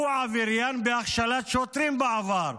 הוא עבריין בהכשלת שוטרים בעבר.